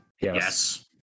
Yes